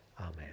Amen